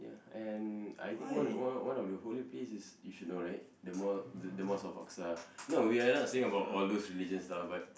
ya and I think one one one of the holy place you should know right the mo~ the mosque of Aqsa no we are not saying about all those religious stuff but